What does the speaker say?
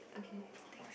okay thanks